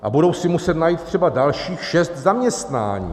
A budou si muset najít třeba dalších šest zaměstnání.